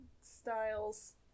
styles